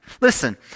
Listen